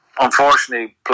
Unfortunately